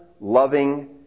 loving